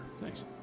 Thanks